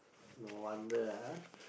no wonder ah